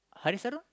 Harisano